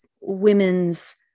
women's